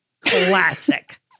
classic